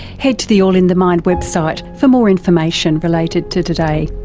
head to the all in the mind website for more information related to today,